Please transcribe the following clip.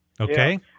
Okay